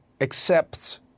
accepts